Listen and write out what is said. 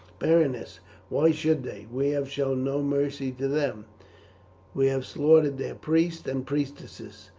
berenice why should they? we have shown no mercy to them we have slaughtered their priests and priestesses,